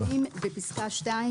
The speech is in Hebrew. לחוק"; (2)בפסקה (2),